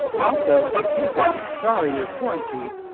also, i chafe at. sorry, you're quarantined.